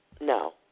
No